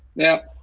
now,